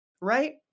right